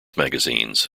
magazines